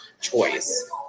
choice